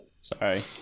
Sorry